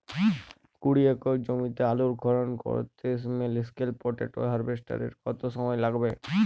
কুড়ি একর জমিতে আলুর খনন করতে স্মল স্কেল পটেটো হারভেস্টারের কত সময় লাগবে?